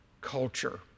culture